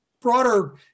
broader